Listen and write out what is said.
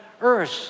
earth